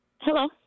Hello